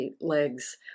legs